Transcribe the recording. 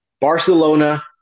Barcelona